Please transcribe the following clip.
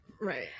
Right